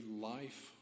life